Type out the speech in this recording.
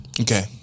Okay